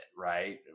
Right